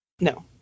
No